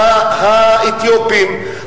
האתיופים,